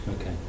Okay